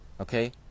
okay